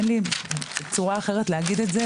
אין לי צורה אחרת להגיד את זה.